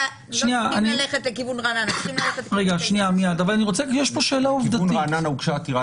צריכים --- בעניין רעננה הוגשה עתירה